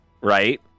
right